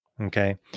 Okay